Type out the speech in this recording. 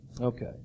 okay